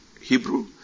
Hebrew